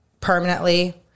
permanently